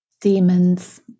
demons